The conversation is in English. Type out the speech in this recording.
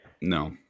No